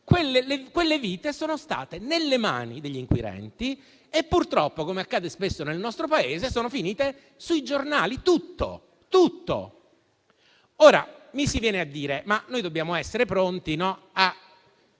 Open, sono state nelle mani degli inquirenti e purtroppo, come accade spesso nel nostro Paese, sono finite sui giornali: tutto. Mi si viene a dire che dobbiamo essere pronti a